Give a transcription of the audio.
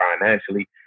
financially